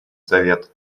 завет